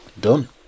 done